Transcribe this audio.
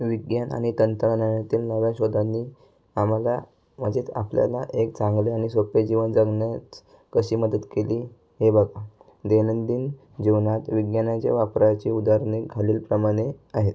विज्ञान आनि तंत्रज्ञानातील नव्या शोधांनी आम्हाला म्हणजेच आपल्याला एक चांगले आणि सोप्पे जीवन जगण्यात कशी मदत केली हे बघ दैनंदिन जीवनात विज्ञानाचे वापरायचे उदाहरणे खालीलप्रमाणे आहेत